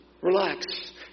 relax